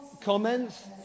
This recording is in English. comments